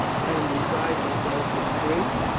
i am beside myself with grief,